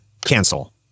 Cancel